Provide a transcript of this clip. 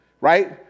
Right